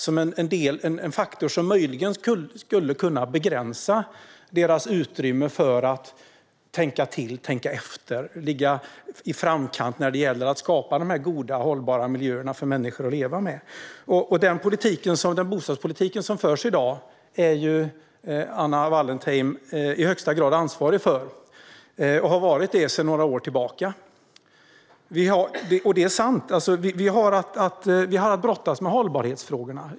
Det är en faktor som möjligen skulle kunna begränsa deras utrymme för att tänka till, tänka efter och ligga i framkant när det gäller att skapa goda och hållbara miljöer för människor att leva i. Den bostadspolitik som förs i dag är Anna Wallentheim i högsta grad ansvarig för och har varit det sedan några år tillbaka. Vi har brottats med hållbarhetsfrågorna.